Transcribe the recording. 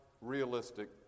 realistic